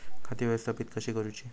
खाती व्यवस्थापित कशी करूची?